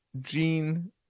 Gene